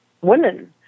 women